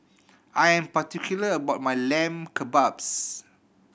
I'm particular about my Lamb Kebabs